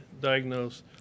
diagnose